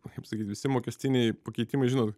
kaip sakyt visi mokestiniai pakeitimai žinot